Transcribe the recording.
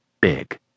Big